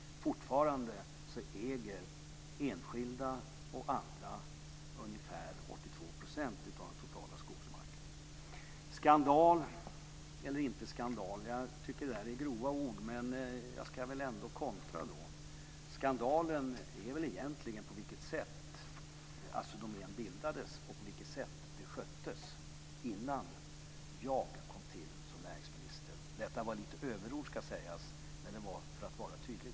Fortfarande äger enskilda och andra ungefär 82 % av den totala skogsmarken. Skandal eller inte - jag tycker att det är grova ord - men jag ska ändå kontra. Skandalen är väl egentligen det sätt på vilket Assi Domän bildades och det sätt på vilket det sköttes innan jag kom till som näringsminister. Detta var lite överord, ska det sägas, men det var för att vara tydlig.